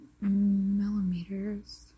millimeters